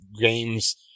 games